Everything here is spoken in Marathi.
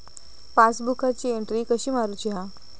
पासबुकाची एन्ट्री कशी मारुची हा?